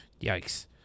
Yikes